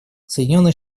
соединенные